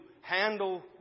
handle